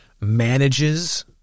manages